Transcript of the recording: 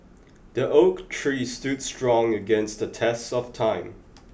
the oak tree stood strong against the test of time